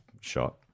shot